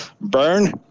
burn